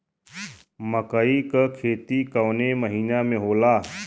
मकई क खेती कवने महीना में होला?